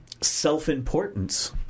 self-importance